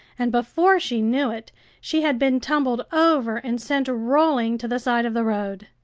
and before she knew it she had been tumbled over and sent rolling to the side of the road.